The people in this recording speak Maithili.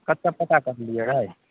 कतऽ पता करलियै रहै